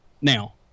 Now